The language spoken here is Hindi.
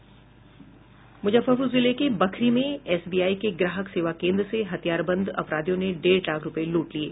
मूजफ्फरपूर जिले के बखरी में एसबीआई के ग्राहक सेवा केन्द्र से हथियारबंद अपराधियों ने डेढ़ लाख रूपये लूट लिये